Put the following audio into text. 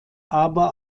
aber